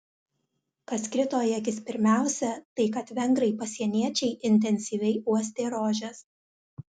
kas krito į akis pirmiausia tai kad vengrai pasieniečiai intensyviai uostė rožes